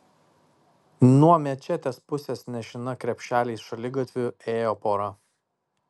nuo mečetės pusės nešina krepšeliais šaligatviu ėjo pora